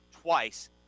twice